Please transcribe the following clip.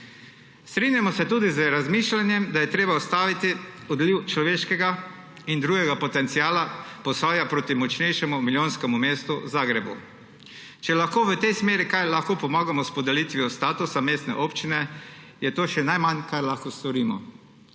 Strinjamo se tudi z razmišljanjem, da je treba ustaviti odliv človeškega in drugega potenciala Posavja proti močnejšemu milijonskemu mestu Zagrebu. Če lahko kaj v tej smeri pomagamo s podelitvijo statusa mestne občine, je to še najmanj, kar lahko storimo.